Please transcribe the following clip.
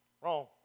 Wrong